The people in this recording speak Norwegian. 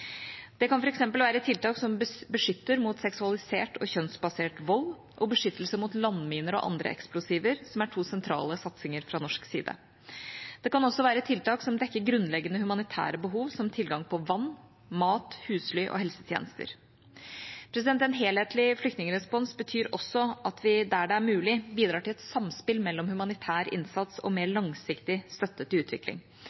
Det kan f.eks. være tiltak som beskytter mot seksualisert og kjønnsbasert vold og beskyttelse mot landminer og andre eksplosiver, som er to sentrale satsinger fra norsk side. Det kan også være tiltak som dekker grunnleggende humanitære behov, som tilgang på vann, mat, husly og helsetjenester. En helhetlig flyktningrespons betyr også at vi, der det er mulig, bidrar til et samspill mellom humanitær innsats og mer